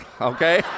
okay